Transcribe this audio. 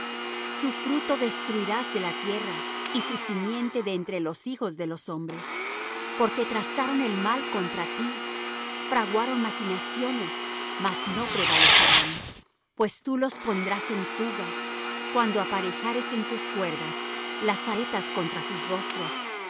su fruto destruirás de la tierra y su simiente de entre los hijos de los hombres porque trazaron el mal contra ti fraguaron maquinaciones mas no prevalecerán pues tú los pondrás en fuga cuando aparejares en tus cuerdas las saetas contra sus rostros